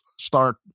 start